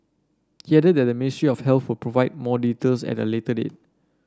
he added that the Ministry of Healthy provide more details at a later date